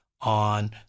on